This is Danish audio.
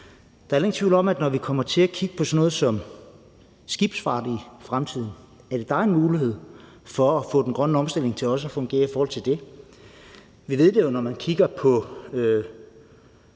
heller ingen tvivl om, at når vi kommer til at kigge på sådan noget som skibsfart i fremtiden, vil vi kigge på, om der er en mulighed for at få den grønne omstilling til at fungere i forhold til det. Vi ved jo, når man kigger i